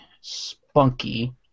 spunky